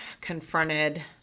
confronted